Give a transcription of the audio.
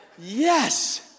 Yes